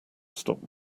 stop